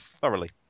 thoroughly